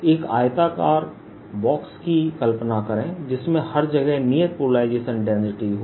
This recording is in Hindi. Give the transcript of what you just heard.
एक आयताकार बॉक्स की कल्पना करें जिसमें हर जगह नियत पोलराइजेशन डेंसिटी हो